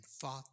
fought